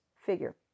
figure